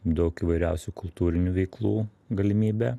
daug įvairiausių kultūrinių veiklų galimybė